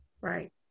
right